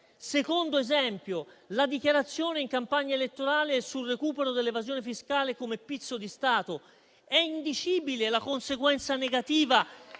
secondo esempio è la dichiarazione in campagna elettorale sul recupero dell'evasione fiscale come pizzo di Stato. È indicibile la conseguenza negativa